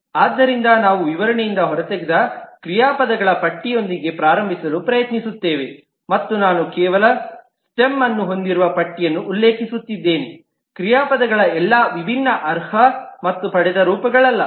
ಆದ್ದರಿಂದ ನಾವು ವಿವರಣೆಯಿಂದ ಹೊರತೆಗೆದ ಕ್ರಿಯಾಪದಗಳ ಪಟ್ಟಿಯೊಂದಿಗೆ ಪ್ರಾರಂಭಿಸಲು ಪ್ರಯತ್ನಿಸುತ್ತೇವೆ ಮತ್ತು ನಾನು ಕೇವಲ ಸ್ಟೆಮ್ ನ್ನು ಹೊಂದಿರುವ ಪಟ್ಟಿಯನ್ನು ಉಲ್ಲೇಖಿಸುತ್ತಿದ್ದೇನೆ ಕ್ರಿಯಾಪದಗಳ ಎಲ್ಲಾ ವಿಭಿನ್ನ ಅರ್ಹ ಮತ್ತು ಪಡೆದ ರೂಪಗಳಲ್ಲ